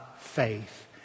faith